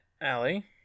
Allie